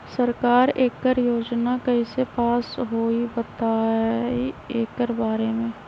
सरकार एकड़ योजना कईसे पास होई बताई एकर बारे मे?